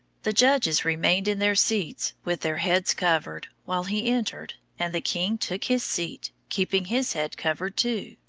the judges remained in their seats, with their heads covered, while he entered, and the king took his seat, keeping his head covered too.